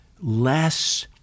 less